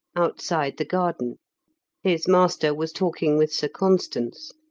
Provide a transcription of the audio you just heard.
outside the garden his master was talking with sir constans.